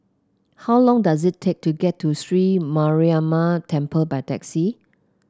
how long does it take to get to SriLanka Mariamman Temple by taxi